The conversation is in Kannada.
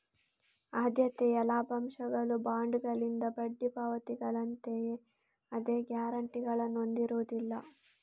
ಆದ್ಯತೆಯ ಲಾಭಾಂಶಗಳು ಬಾಂಡುಗಳಿಂದ ಬಡ್ಡಿ ಪಾವತಿಗಳಂತೆಯೇ ಅದೇ ಗ್ಯಾರಂಟಿಗಳನ್ನು ಹೊಂದಿರುವುದಿಲ್ಲ